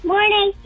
Morning